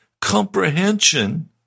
comprehension